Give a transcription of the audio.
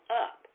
up